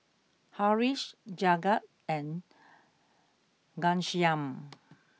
Haresh Jagat and Ghanshyam